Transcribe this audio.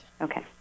Okay